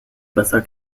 besser